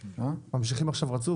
ברצף.